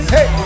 Hey